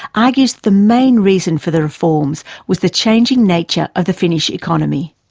argues the main reason for the reforms was the changing nature of the finnish economy.